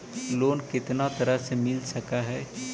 Loan कितना तरह से मिल सक है?